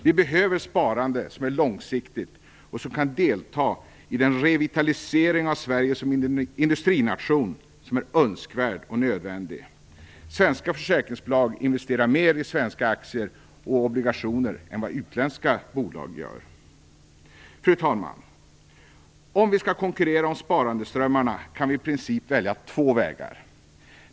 Vi behöver sparande som är långsiktigt och som kan delta i den revitalisering av Sverige som industrination som är önskvärd och nödvändig. Svenska försäkringsbolag investerar mer i svenska aktier och obligationer än vad utländska bolag gör. Fru talman! Om vi skall konkurrera om sparandeströmmarna kan vi i princip välja två vägar.